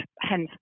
hence